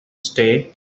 stay